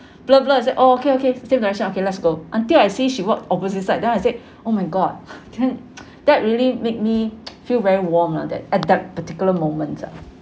blur blur and said oh okay okay same direction okay let's go until I see she walked opposite side then I say oh my god can that really make me feel very warm lah that at that particular moments ah